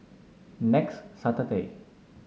next Saturday